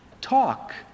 talk